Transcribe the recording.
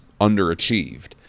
underachieved